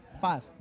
five